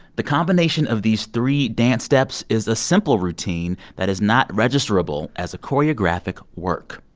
the combination of these three dance steps is a simple routine that is not registerable as a choreographic work.